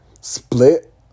split